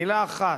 מלה אחת.